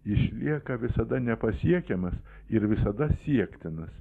išlieka visada nepasiekiamas ir visada siektinas